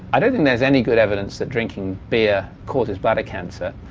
i don't think there's any good evidence that drinking beer causes bladder cancer.